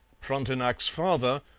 frontenac's father,